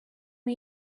uwo